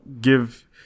give